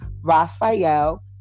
Raphael